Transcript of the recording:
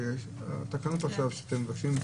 התקנות עכשיו שאתם מבקשים,